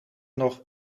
nog